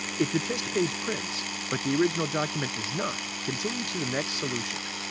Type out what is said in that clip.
if the test page prints, but the original document does not, continue to the next solution.